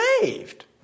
saved